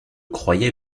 croyais